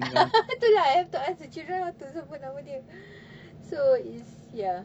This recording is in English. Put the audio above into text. tu lah I have to ask the children how to sebut nama dia so is ya